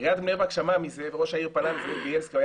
עיריית בני ברק שמעה מזה וראש העיר פנה לזאב ביילסקי.